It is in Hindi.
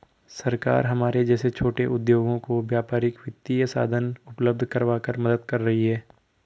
सरकार हमारे जैसे छोटे उद्योगों को व्यापारिक वित्तीय साधन उपल्ब्ध करवाकर मदद कर रही है